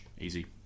easy